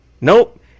Nope